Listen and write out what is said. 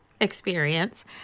experience